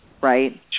right